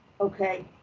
Okay